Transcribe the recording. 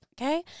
okay